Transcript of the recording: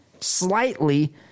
Slightly